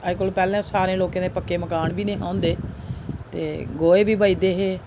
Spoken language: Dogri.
अज्ज कोला पैह्लें सारें लोकें दे पक्के मकान बी नेहे होंदे ते गोहे बी बजदे हे